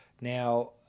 Now